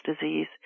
disease